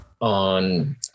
on